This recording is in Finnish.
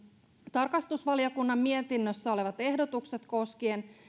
tarkastusvaliokunnan mietinnössä olevat ehdotukset koskien